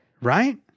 Right